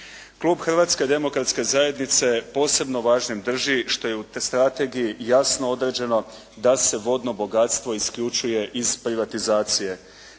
Klub Hrvatske demokratske zajednice posebno važnim drži što je u strategiji jasno određeno da se vodno bogatstvo isključuje iz privatizacije,